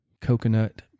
coconut